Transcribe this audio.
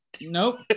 Nope